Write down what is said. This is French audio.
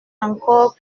encore